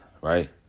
right